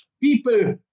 people